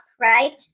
right